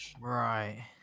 Right